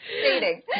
Dating